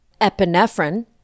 epinephrine